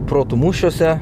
protų mūšiuose